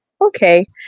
Okay